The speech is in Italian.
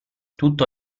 tutto